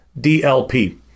DLP